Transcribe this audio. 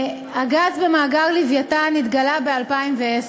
הגז במאגר "לווייתן" התגלה ב-2010,